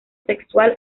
sexual